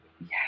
Yes